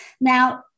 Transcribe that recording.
Now